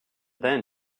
then